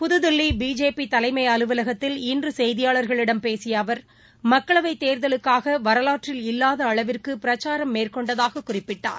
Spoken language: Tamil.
புதுதில்லிபிஜேபிதலைமைஅலுவலகத்தில் இன்றுசெய்தியாளர்களிடம் பேசியஅவர் மக்களவைத் தேர்தலுக்காகவரவாற்றில் இல்லாதஅளவிற்குபிரச்சாரம் மேற்கொண்டதாககுறிப்பிட்டார்